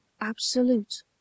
absolute